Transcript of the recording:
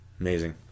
amazing